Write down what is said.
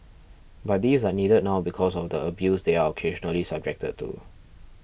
but these are needed now because of the abuse they are occasionally subjected to